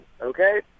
okay